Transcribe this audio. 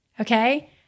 okay